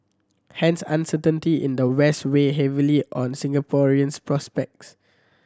hence uncertainty in the West weigh heavily on Singapore's prospects